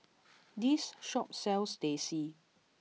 this shop sells Teh C